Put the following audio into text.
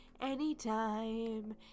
anytime